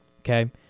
Okay